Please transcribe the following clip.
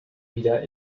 wieder